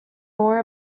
more